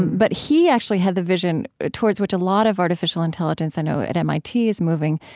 but he actually had the vision towards which a lot of artificial intelligence, i know at mit is moving,